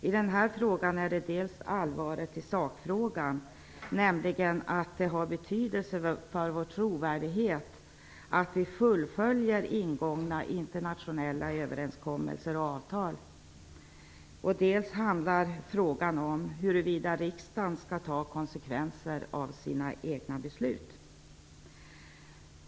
I den här frågan gäller det dels allvaret i sakfrågan, dels frågan om huruvida riksdagen skall ta konsekvenserna av sina egna beslut. Det har betydelse för vår trovärdighet att vi fullföljer ingångna internationella överenskommelser och avtal.